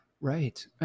Right